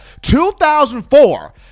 2004